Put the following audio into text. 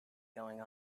going